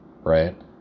right